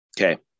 Okay